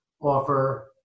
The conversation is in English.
offer